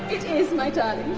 it is, my darling!